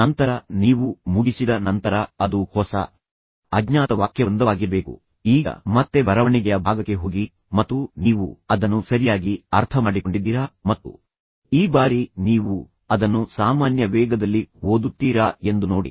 ನಂತರ ನೀವು ಮುಗಿಸಿದ ನಂತರ ಅದು ಹೊಸ ಅಜ್ಞಾತ ವಾಕ್ಯವೃಂದವಾಗಿರಬೇಕು ಈಗ ಮತ್ತೆ ಬರವಣಿಗೆಯ ಭಾಗಕ್ಕೆ ಹೋಗಿ ಮತ್ತು ನೀವು ಅದನ್ನು ಸರಿಯಾಗಿ ಅರ್ಥಮಾಡಿಕೊಂಡಿದ್ದೀರಾ ಮತ್ತು ಈ ಬಾರಿ ನೀವು ಅದನ್ನು ಸಾಮಾನ್ಯ ವೇಗದಲ್ಲಿ ಓದುತ್ತೀರಾ ಎಂದು ನೋಡಿ